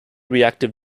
reactive